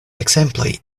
ekzemploj